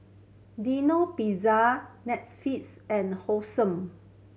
Pizza Netflix and Hosen